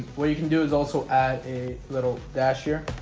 what you can do is also add a little dash here.